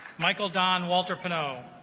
michael don walter pono